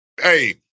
Hey